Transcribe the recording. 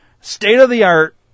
state-of-the-art